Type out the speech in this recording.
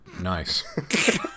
nice